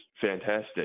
fantastic